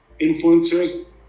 influencers